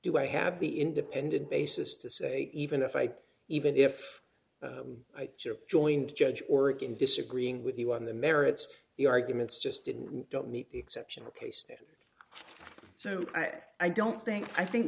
do i have the independent basis to say even if i even if i ship joined judge oregon disagreeing with you on the merits the arguments just didn't don't meet the exceptional case then so i don't think i think